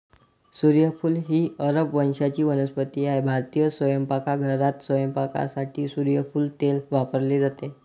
सूर्यफूल ही अरब वंशाची वनस्पती आहे भारतीय स्वयंपाकघरात स्वयंपाकासाठी सूर्यफूल तेल वापरले जाते